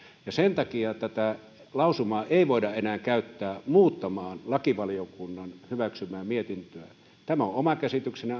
ja sen takia tätä lausumaa ei voida enää käyttää muuttamaan lakivaliokunnan hyväksymää mietintöä tämä on oma käsitykseni